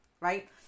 right